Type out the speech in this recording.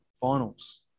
Finals